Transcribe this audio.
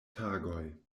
tagoj